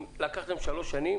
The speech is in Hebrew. אם לקחתם שלוש שנים